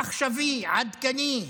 עכשווי, עדכני,